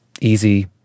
easy